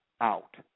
out